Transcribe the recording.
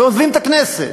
ועוזבים את הכנסת.